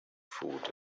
food